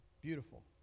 beautiful